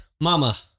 Mama